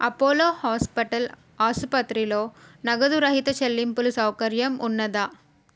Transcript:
Apollo hospital ఆసుపత్రిలో నగదు రహిత చెల్లింపులు సౌకర్యం ఉన్నదా